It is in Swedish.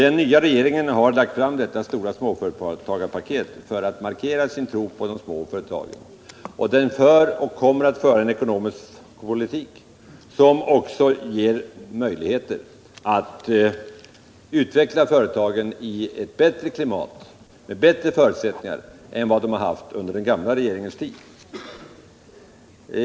Den nya regeringen har lagt fram det stora småföretagarpaketet för att markera sin tro på de små företagen. Den för och kommer att föra en ekonomisk politik, som också ger möjligheter att utveckla företagen i ett vänligare klimat med bättre förutsättningar än de har haft under den gamla regeringens tid.